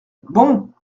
bon